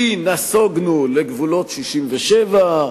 כי נסוגונו לגבולות 67',